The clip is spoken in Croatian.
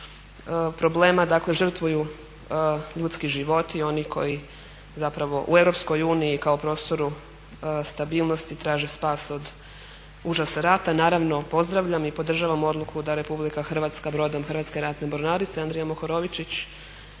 problema žrtvuju ljudski životi i oni koji u EU kao prostoru stabilnosti traže spas od užasa rata. Naravno pozdravljam i podržavam odluku da RH brodom Hrvatske ratne mornarice Andrija Mohorovičić